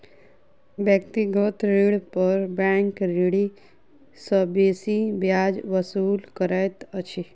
व्यक्तिगत ऋण पर बैंक ऋणी सॅ बेसी ब्याज वसूल करैत अछि